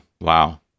Wow